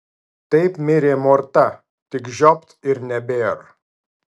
taip mirė morta tik žiopt ir nebėr